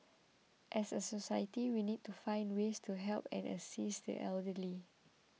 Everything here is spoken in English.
as a society we need to find ways to help and assist the elderly